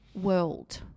world